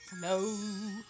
No